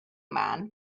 man